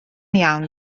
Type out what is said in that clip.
iawn